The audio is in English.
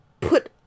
put